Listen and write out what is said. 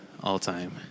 all-time